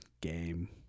game